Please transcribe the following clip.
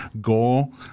goal